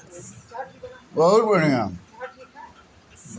तेजपात के चाय में डाल के बनावे से बहुते सुंदर महक आवेला